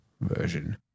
version